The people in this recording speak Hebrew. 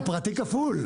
הפרטי כפול.